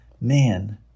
man